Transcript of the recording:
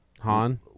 Han